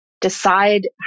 decide